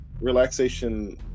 relaxation